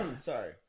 sorry